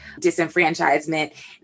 disenfranchisement